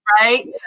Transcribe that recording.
right